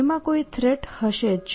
અને તેમાં કોઈ થ્રેટ હશે જ